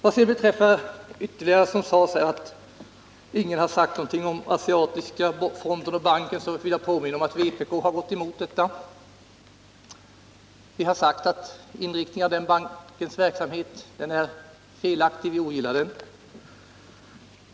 Vad beträffar påståendet att ingen har sagt någonting om asiatiska fonden och banken vill jag påminna om att vpk har gått emot svenskt engagemang i dessa. Vi har sagt att inriktningen av deras verksamhet är felaktig. Vi ogillar dem.